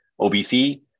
OBC